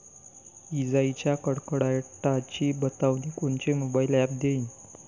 इजाइच्या कडकडाटाची बतावनी कोनचे मोबाईल ॲप देईन?